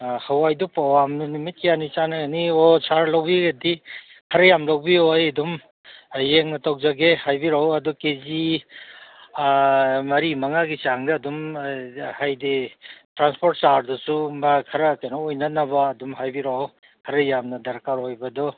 ꯍꯋꯥꯏꯗꯣ ꯄꯋꯥ ꯑꯃꯅ ꯅꯨꯃꯤꯠ ꯀꯌꯥꯅꯤ ꯆꯥꯅꯅꯤ ꯑꯣ ꯁꯥꯔ ꯂꯧꯕꯤꯔꯗꯤ ꯈꯔ ꯌꯥꯝ ꯂꯧꯕꯤꯌꯣ ꯑꯩ ꯑꯗꯨꯝ ꯌꯦꯡꯅ ꯇꯧꯖꯒꯦ ꯍꯥꯏꯕꯤꯔꯛꯑꯣ ꯑꯗꯨ ꯀꯦꯖꯤ ꯃꯔꯤ ꯃꯉꯥꯒꯤ ꯆꯥꯡꯗ ꯑꯗꯨꯝ ꯍꯥꯏꯗꯤ ꯇ꯭ꯔꯥꯟꯁꯄ꯭ꯣꯔꯠ ꯆꯥꯔꯖꯇꯁꯨ ꯑꯗꯨꯝꯕ ꯈꯔ ꯀꯩꯅꯣ ꯑꯣꯏꯅꯅꯕ ꯑꯗꯨꯝ ꯍꯥꯏꯕꯤꯔꯛꯎ ꯈꯔ ꯌꯥꯝꯅ ꯗꯔꯀꯥꯔ ꯑꯣꯏꯕꯗꯣ